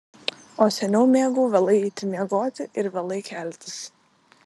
o seniau mėgau vėlai eiti miegoti ir vėlai keltis